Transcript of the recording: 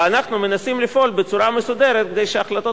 ואנחנו מנסים לפעול בצורה מסודרת כדי שהחלטות